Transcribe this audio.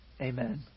Amen